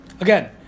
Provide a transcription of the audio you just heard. Again